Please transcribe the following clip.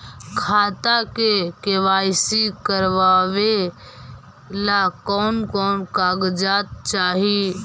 खाता के के.वाई.सी करावेला कौन कौन कागजात चाही?